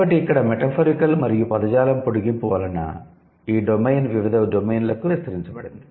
కాబట్టి ఇక్కడ మెటఫోరికల్ మరియు పదజాలం పొడిగింపు వలన ఈ డొమైన్ వివిధ డొమైన్లకు విస్తరించబడింది